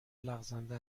لغزنده